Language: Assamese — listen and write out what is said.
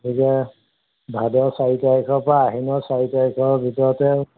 গতিকে ভাদৰ চাৰি তাৰিখৰ পৰা আহিনৰ চাৰি তাৰিখৰ ভিতৰতে